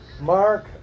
Mark